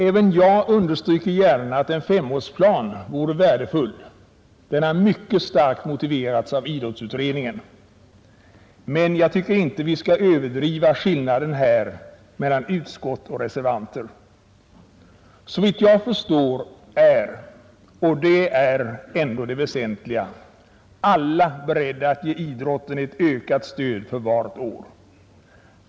Även jag understryker gärna att en femårsplan vore värdefull — den har mycket starkt motiverats av idrottsutredningen. Men jag tycker inte att vi här skall överdriva skillnaden mellan utskott och reservanter. Såvitt jag förstår är — och det är ändå det väsentliga — alla beredda att ge idrotten ett ökat stöd för vart år.